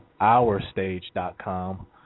ourstage.com